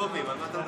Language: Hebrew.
פוגרומים הוא אומר.